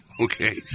Okay